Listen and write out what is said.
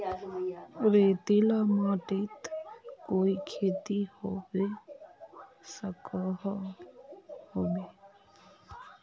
रेतीला माटित कोई खेती होबे सकोहो होबे?